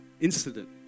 incident